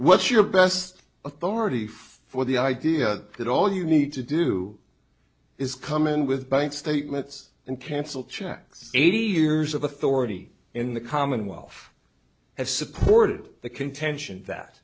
what's your best authority for the idea that all you need to do is come in with bank statements and cancel checks eighty years of authority in the commonwealth has supported the contention